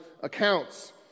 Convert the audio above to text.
accounts